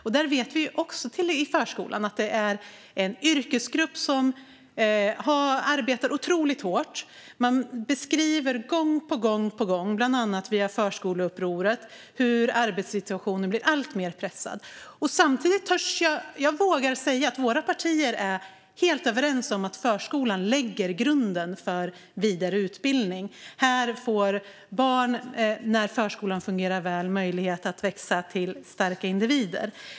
I förskolan finns en yrkesgrupp som arbetar otroligt hårt. Man beskriver gång på gång, bland annat via Förskoleupproret, hur arbetssituationen blir alltmer pressad. Samtidigt vågar jag säga att våra partier är helt överens om att förskolan lägger grunden för vidare utbildning. När förskolan fungerar väl får barn möjlighet att växa till starka individer.